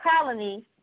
colony